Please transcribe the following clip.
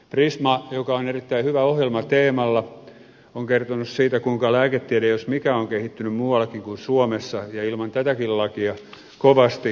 prisma joka on erittäin hyvä ohjelma teemalla on kertonut siitä kuinka lääketiede jos mikä on kehittynyt muuallakin kuin suomessa ja ilman tätäkin lakia kovasti